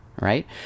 right